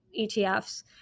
ETFs